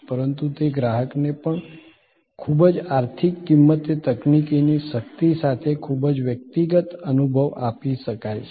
પરંતુ તે ગ્રાહકને પણ ખૂબ જ આર્થિક કિંમતે તકનિકીની શક્તિ સાથે ખૂબ જ વ્યક્તિગત અનુભવ આપી શકાય છે